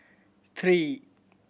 three